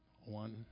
One